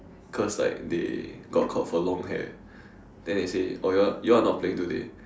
cause like they got caught for long hair then they say oh you all you all are not playing today